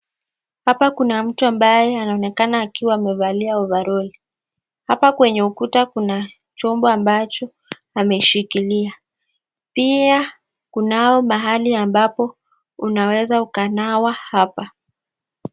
Hapa kuna mtu ambaye anaonekana akiwa amevalia ovaroli. Hapa kwenye ukuta kuna chombo ambacho ameshikilia. Pia kunao mahali ambapo unaweza ukanawa hapa.